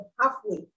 halfway